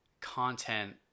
content